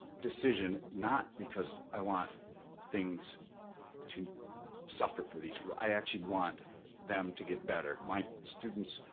decision not because i want things to suffer for these people. i actually want them to get better. my students,